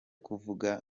kuvuga